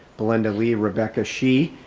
belinda lee, rebecca shi,